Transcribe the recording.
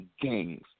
gangs